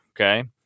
Okay